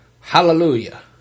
Hallelujah